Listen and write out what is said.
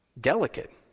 delicate